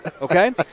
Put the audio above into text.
okay